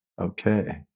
Okay